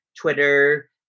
Twitter